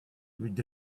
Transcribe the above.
with